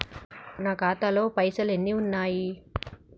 నా ఖాతాలో పైసలు ఎన్ని ఉన్నాయి?